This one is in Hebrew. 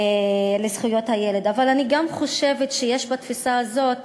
לזכויות הילד, אבל אני גם חושבת שיש בתפיסה הזאת